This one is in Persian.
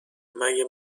مگه